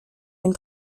une